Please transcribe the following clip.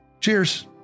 Cheers